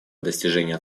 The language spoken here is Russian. достижения